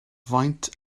faint